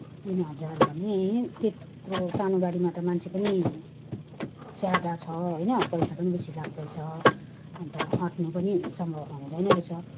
तिन हजार भने त्यत्रो सानो गाडीमा त मान्छे पनि ज्यादा छ होइन पैसा पनि बेसी लाग्दैछ अन्त अँट्ने पनि सम्भावना हुँदैन रहेछ